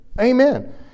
Amen